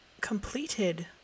completed